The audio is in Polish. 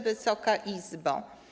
Wysoka Izbo!